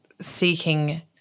seeking